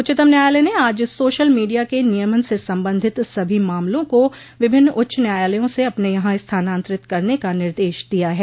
उच्चतम न्यायालय ने आज सोशल मीडिया के नियमन से संबंधित सभी मामलों को विभिन्न उच्च न्यायालयों से अपने यहां स्थानांतरित करने का निर्देश दिया है